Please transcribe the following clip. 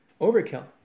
overkill